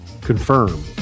confirm